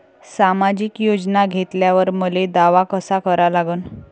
सामाजिक योजना घेतल्यावर मले दावा कसा करा लागन?